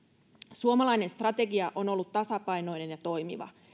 suomalainen strategia on ollut tasapainoinen ja toimiva